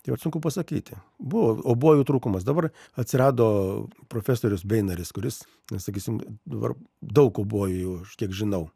tai vat sunku pasakyti buvo obojų trūkumas dabar atsirado profesorius beinaris kuris na sakysim dabar daug obojų kiek žinau